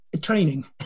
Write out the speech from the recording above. training